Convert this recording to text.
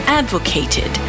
advocated